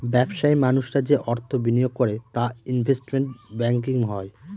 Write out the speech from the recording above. ব্যবসায়ী মানুষরা যে অর্থ বিনিয়োগ করে তা ইনভেস্টমেন্ট ব্যাঙ্কিং হয়